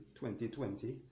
2020